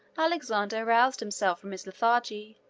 alexander aroused himself from his lethargy,